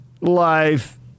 life